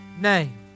name